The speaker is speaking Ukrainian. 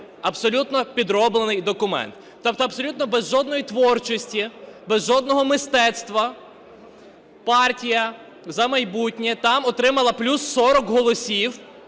абсолютно підроблений документ. Тобто абсолютно без жодної "творчості", без жодного "мистецтва", "Партія "За майбутнє" там отримала плюс 40 голосів